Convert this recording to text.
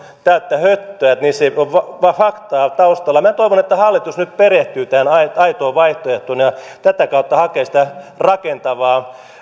täyttä höttöä että siinä ei ole faktaa taustalla minä toivon että hallitus nyt perehtyy tähän aitoon vaihtoehtoon ja ja tätä kautta hakee sitä rakentavaa